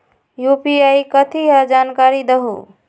UPI कथी है? जानकारी दहु